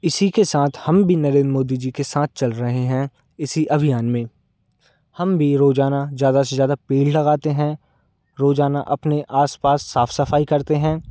इसी के साथ हम भी नरेंद्र मोदी जी के साथ चल रहे हैं इसी अभियान में हम भी रोज़ाना ज़्यादा से ज़्यादा पेड़ लगाते हैं रोज़ाना अपने आस पास साफ़ सफ़ाई करते हैं